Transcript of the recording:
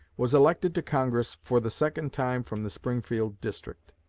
was elected to congress for the second time from the springfield district.